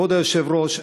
כבוד היושב-ראש,